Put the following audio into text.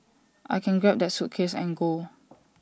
I can grab that suitcase and go